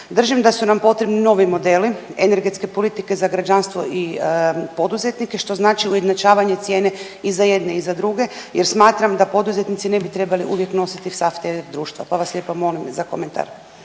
Držim da su nam potrebni novi modeli energetske politike za građanstvo i poduzetnike što znači ujednačavanje cijene i za jedne i za druge jer smatram da poduzetnici ne bi trebali uvijek nositi sav teret društva, pa vas lijepo molim za komentar.